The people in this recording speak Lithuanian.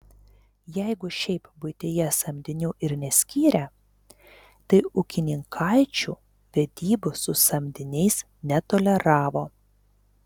jeigu šiaip buityje samdinių ir neskyrę tai ūkininkaičių vedybų su samdiniais netoleravo